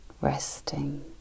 Resting